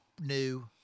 new